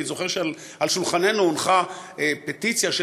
אני זוכר שעל שולחננו הונחה פטיציה של